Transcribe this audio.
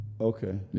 Okay